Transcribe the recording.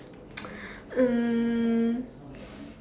um